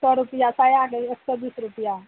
सए रुपआ सायाके एक सए बीस रुपआ